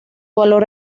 valor